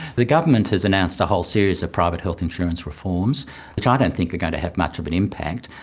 the government has announced a whole series of private health insurance reforms which i don't think are going to have much of an impact.